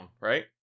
right